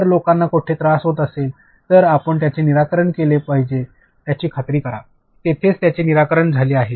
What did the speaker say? जर लोकांना कोठे तरी त्रास होत असेल तर आपण त्याचे निराकरण केले आहे याची खात्री करा तेथेच त्याचे निराकरण झाले आहे